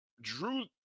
Drew